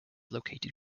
located